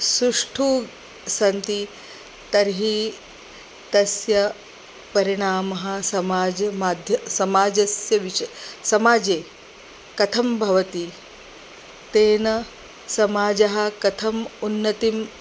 सुष्ठु सन्ति तर्हि तस्य परिणामः समाजमाध्यमेन समाजस्य विचारः समाजे कथं भवति तेन समाजः कथम् उन्नतिं